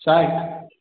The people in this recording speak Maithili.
साठि